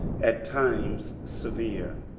at times severe.